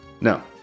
No